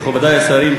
מכובדי השרים,